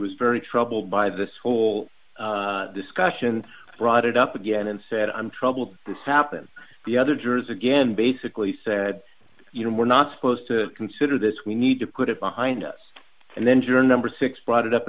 was very troubled by this whole discussion brought it up again and said i'm troubled this happened the other jurors again basically said you know we're not supposed to consider this we need to put it behind us and then journey six brought it up